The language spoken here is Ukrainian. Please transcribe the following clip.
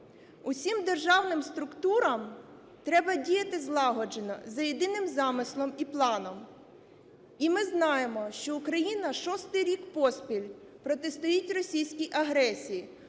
Усім державним структурам треба діяти злагоджено, за єдиним замислом і планом. І ми знаємо, що Україна шостий рік поспіль протистоїть російській агресії,